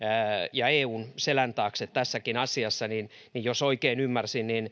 ja eun selän taakse tässäkin asiassa niin niin jos oikein ymmärsin